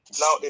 Now